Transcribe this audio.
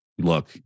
look